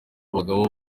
bagabo